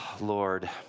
Lord